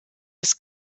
des